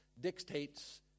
dictates